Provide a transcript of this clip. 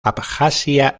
abjasia